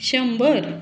शंबर